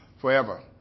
forever